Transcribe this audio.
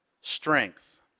strength